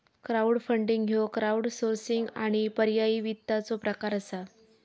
crowdfunding ह्यो crowdsourcing आणि पर्यायी वित्ताचो प्रकार असा